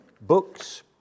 books